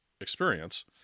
experience